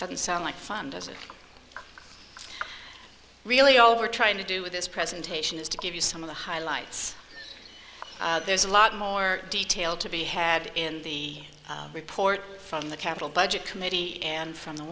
doesn't sound like fun does it really all we're trying to do with this presentation is to give you some of the highlights there's a lot more detail to be had in the report from the capital budget committee and from the